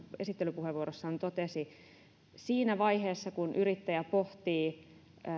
esittelypuheenvuorossaan totesi siinä vaiheessa kun yrittäjä pohtii